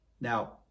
Now